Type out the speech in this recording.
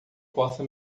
possa